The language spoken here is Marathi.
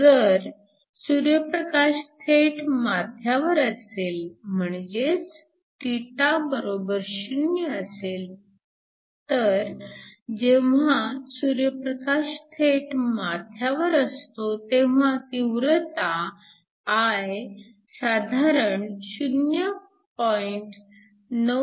जर सूर्यप्रकाश थेट माथ्यावर असेल म्हणजेच θ 0 असेल तर जेव्हा सूर्यप्रकाश थेट माथ्यावर असतो तेव्हा तीव्रता I साधारण 0